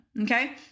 okay